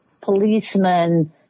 policemen